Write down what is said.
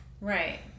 Right